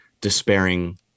despairing